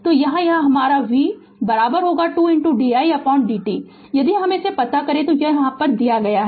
तो यहाँ यह हमारा v 2 didt होगा यदि हमे पता हो कि यह दिया गया है